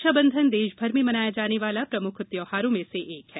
रक्षाबंधन देशभर में मनाया जाने वाले प्रमुख त्यौहारों में से एक है